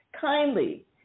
kindly